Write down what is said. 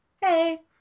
Hey